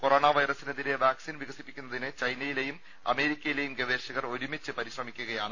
corona വൈറസിന് എതിരെ vaccine വികസിപ്പിക്കുന്നതിന് ചൈനയിലെയും അമേരിക്കയിലെയും ഗവേഷകർ ഒരുമിച്ച് പരിശ്രമിക്കുകയാണ്